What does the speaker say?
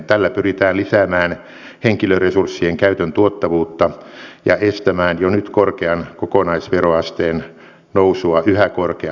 tällä pyritään lisäämään henkilöresurssien käytön tuottavuutta ja estämään jo nyt korkean kokonaisveroasteen nousu yhä korkeammaksi